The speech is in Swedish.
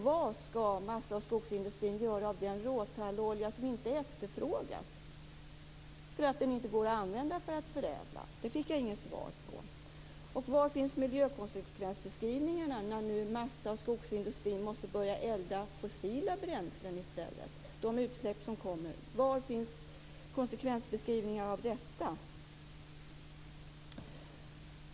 Vad skall massa och skogsindustrin göra av den råtallolja som inte efterfrågas då den inte går att förädla? Det fick jag inget svar på. Var finns miljökonsekvensbeskrivningarna när nu massa och skogsindustrin måste börja elda med fossila bränslen i stället?